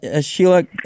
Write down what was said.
Sheila